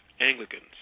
Anglicans